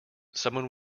someone